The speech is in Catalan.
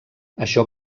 això